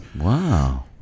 Wow